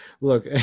Look